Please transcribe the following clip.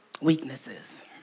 weaknesses